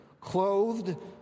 clothed